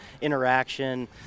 interaction